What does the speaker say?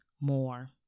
more